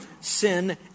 sin